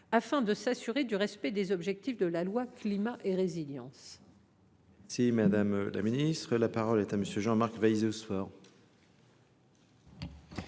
afin de s’assurer du respect des objectifs de la loi Climat et Résilience.